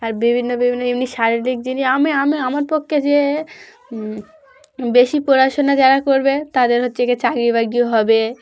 আর বিভিন্ন বিভিন্ন এমনি শারীরিক জিনিস আমি আমি আমার পক্ষে যে বেশি পড়াশোনা যারা করবে তাদের হচ্ছে কি চাকরি বাকরি হবে